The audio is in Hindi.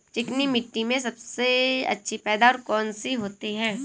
चिकनी मिट्टी में सबसे अच्छी पैदावार कौन सी होती हैं?